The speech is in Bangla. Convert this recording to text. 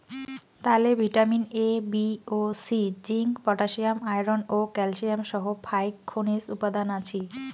তালে ভিটামিন এ, বি ও সি, জিংক, পটাশিয়াম, আয়রন ও ক্যালসিয়াম সহ ফাইক খনিজ উপাদান আছি